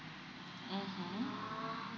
mmhmm